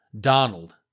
Donald